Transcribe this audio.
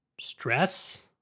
stress